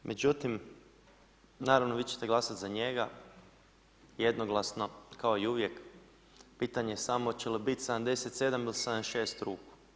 Međutim, naravno, vi ćete glasat za njega, jednoglasno, kao i uvijek, pitanje je samo hoće li bit 77 ili 76 ruku.